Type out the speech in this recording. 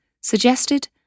suggested